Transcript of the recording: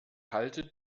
halte